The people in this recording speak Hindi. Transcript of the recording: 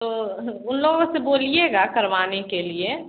तो उन लोगों से बोलिएगा करवाने के लिए